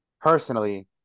personally